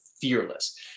fearless